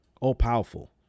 all-powerful